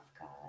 god